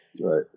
Right